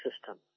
system